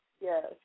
yes